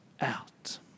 out